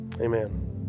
Amen